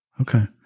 Okay